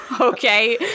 Okay